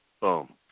boom